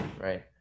right